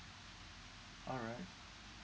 all right